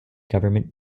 government